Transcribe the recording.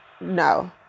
no